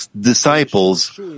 disciples